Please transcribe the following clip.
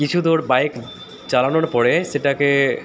কিছু দূর বাইক চালানোর পরে সেটাকে